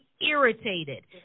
irritated